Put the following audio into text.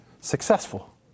Successful